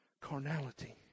carnality